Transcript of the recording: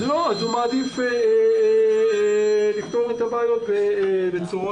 אז הוא מעדיף לפתור את הבעיות בצורות